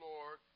Lord